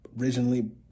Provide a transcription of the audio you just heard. originally